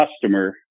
customer